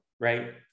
right